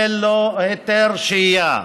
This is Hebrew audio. ללא היתר שהייה.